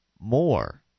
more